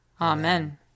Amen